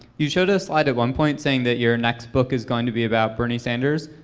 you showed a slide at one point, saying that your next book is going to be about bernie sanders.